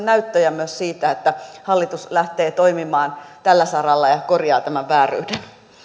näyttöjä myös siitä että hallitus lähtee toimimaan tällä saralla ja korjaa tämän vääryyden